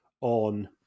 on